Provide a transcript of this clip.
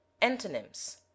antonyms